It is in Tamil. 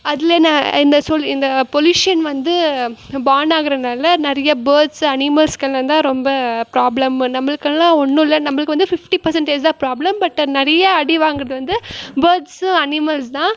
அதில் நான் இந்த சொல் இந்த பொல்யூஷன் வந்து பானாகுறதினால நிறைய பேர்ட்ஸு அனிமல்ஸ்கெல்லாம் தான் ரொம்ப ப்ராப்ளம் நம்மளுக்கெல்லாம் ஒன்றும் இல்லை நம்பளுக்கு வந்து ஃபிஃப்ட்டி பர்சன்டேஜ் தான் ப்ராப்ளம் பட்டு நிறைய அடி வாங்குவது வந்து பேர்ட்ஸு அனிமல்ஸ் தான்